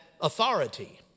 authority